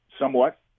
somewhat